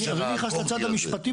אני בכלל לא נכנס לצד המשפטי.